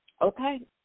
Okay